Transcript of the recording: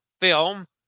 film